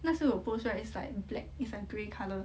那时我 post right it's like black it's like grey colour